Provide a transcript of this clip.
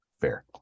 Fair